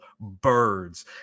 birds